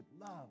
love